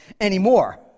anymore